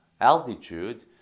altitude